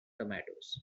tomatoes